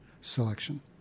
selection